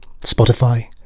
Spotify